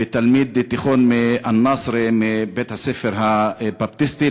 ותלמיד תיכון מנצרת מבית-הספר הבפטיסטי,